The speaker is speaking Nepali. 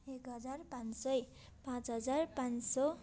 एक हजार पाँच सय पाँच हजार पाँच सय